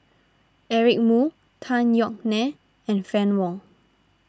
Eric Moo Tan Yeok Nee and Fann Wong